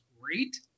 great